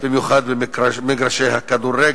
במגרשי הכדורגל.